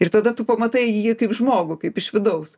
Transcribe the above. ir tada tu pamatai jį kaip žmogų kaip iš vidaus